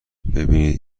ببینید